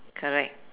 correct